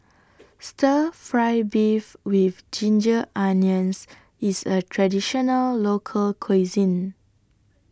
Stir Fry Beef with Ginger Onions IS A Traditional Local Cuisine